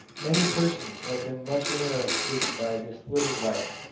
many persons have been much interested by this little life,